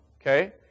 okay